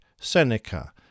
Seneca